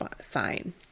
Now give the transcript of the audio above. sign